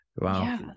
wow